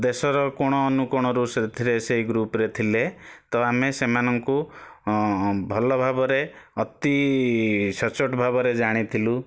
ଦେଶର କୋଣ ଅନୁକୋଣରୁ ସେଥିରେ ସେଇ ଗ୍ରୁପରେ ଥିଲେ ତ ଆମେ ସେମାନଙ୍କୁ ଭଲ ଭାବରେ ଅତି ସଚ୍ଚୋଟ ଭାବରେ ଜାଣିଥିଲୁ